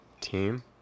team